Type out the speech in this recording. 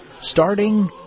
starting